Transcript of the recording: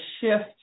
shift